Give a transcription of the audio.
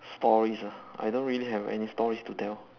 stories ah I don't really have any stories to tell